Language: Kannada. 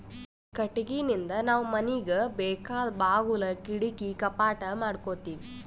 ಕಟ್ಟಿಗಿನಿಂದ್ ನಾವ್ ಮನಿಗ್ ಬೇಕಾದ್ ಬಾಗುಲ್ ಕಿಡಕಿ ಕಪಾಟ್ ಮಾಡಕೋತೀವಿ